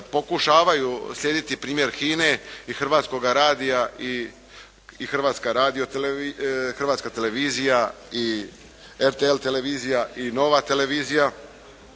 pokušavaju slijediti primjer HINA-e i Hrvatskoga radija i Hrvatska radiotelevizija, Hrvatska televizija i RTL televizija